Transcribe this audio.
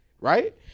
Right